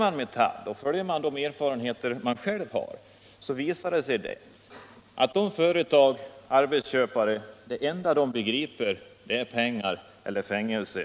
Av Metalls och mina egna erfarenheter framgår nämligen att det enda språk som en arbetsköpare som bryter mot bestämmelserna begriper är hot om böter eller fängelse.